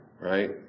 Right